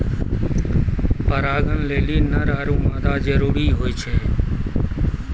परागण लेलि नर आरु मादा जरूरी होय छै